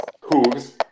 hooves